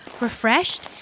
Refreshed